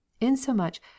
insomuch